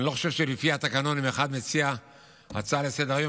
ואני לא חושב שלפי התקנון אם אחד מציע הצעה לסדר-היום,